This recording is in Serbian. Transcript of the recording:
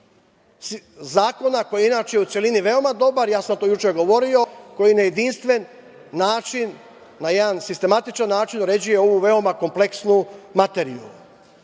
zakona, koji je inače u celini veoma dobar. Ja sam to juče govorio, koji na jedinstven način, na jedan sistematičan način uređuju ovu veoma kompleksnu materiju. Dobio